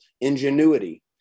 ingenuity